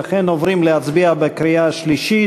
ולכן אנחנו עוברים להצביע בקריאה שלישית.